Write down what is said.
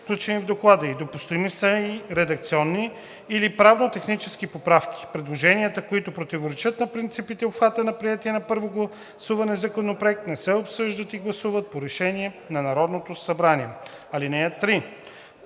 включени в доклада ѝ. Допустими са и редакционни или правно-технически поправки. Предложенията, които противоречат на принципите и обхвата на приетия на първо гласуване законопроект, не се обсъждат и гласуват по решение на Народното събрание. (3)